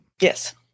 Yes